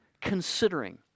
considering